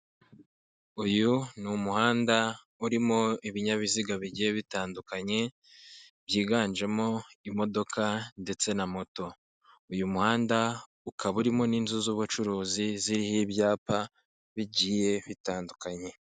Uyu ni umuhanda urimo ibinyabiziga bigiye bitandukanye, byiganjemo imodoka ndetse na moto, uyu muhanda ukaba urimo n'inzu z'ubucuruzi zirimo ibyapa bigiye bitandukanye.